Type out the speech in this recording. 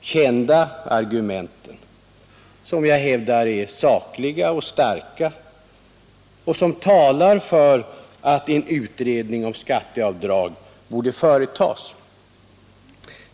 kända argumenten, som jag hävdar är sakliga och starka och som talar för att en utredning om skatteavdrag borde företas.